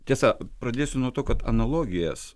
tiesa pradėsiu nuo to kad analogijas